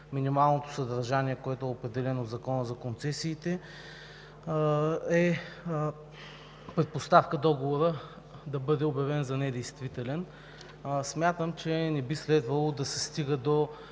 минималното съдържание, което е определено от Закона за концесиите, е предпоставка договорът да бъде обявен за недействителен. Смятам, че не би следвало да се стига до